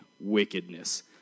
wickedness